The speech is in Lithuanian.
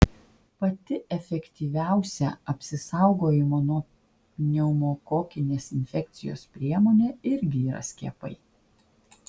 pati efektyviausia apsisaugojimo nuo pneumokokinės infekcijos priemonė irgi yra skiepai